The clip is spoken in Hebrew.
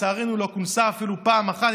ולצערנו היא לא כונסה אפילו פעם אחת,